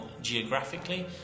geographically